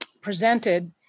presented